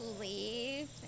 leave